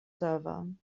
server